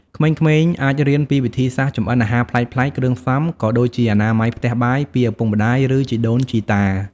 ក្មេងៗអាចរៀនពីវិធីសាស្រ្តចម្អិនអាហារប្លែកៗ គ្រឿងផ្សំ ក៏ដូចជាអនាម័យផ្ទះបាយពីឪពុកម្ដាយ ឬជីដូនជីតា ។